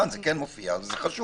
כאן זה כן מופיע, וזה חשוב.